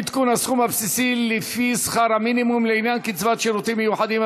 עדכון הסכום הבסיסי לפי שכר המינימום לעניין קצבת שירותים מיוחדים),